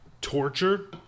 torture